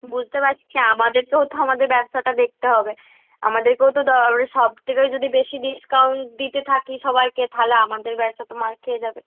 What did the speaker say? বুঝতে পারছি আমাদেরকেও তো আমাদের ব্যবসাটা দেখতে হবে আমাদেরকেও তো দ সব জায়গায় যদি বেশি ডিসকাউন্ট দিতে থাকি সবাইকে তাহলে আমাদের ব্যবসা তো মার খেয়ে যাবে